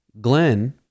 Glenn